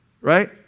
right